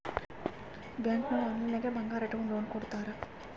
bank ನಾಗ್ online ನಾಗೆ ಬಂಗಾರ್ ಇಟ್ಗೊಂಡು ಲೋನ್ ಕೊಡ್ತಾರ್